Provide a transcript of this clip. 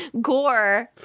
gore